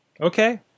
Okay